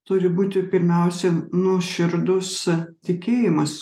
turi būti pirmiausia nuoširdus tikėjimas